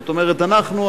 זאת אומרת אנחנו,